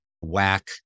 whack